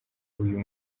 uyu